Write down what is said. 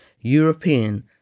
European